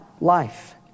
life